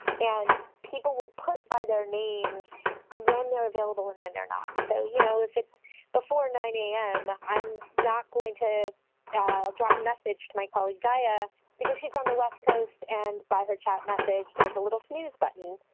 and people will put by their names when they're available and when they're not. so you know if it's before nine zero ah am, i'm not going to drop a message to my colleague gaia because she's on the west coast and by her chat message, there's a little snooze button,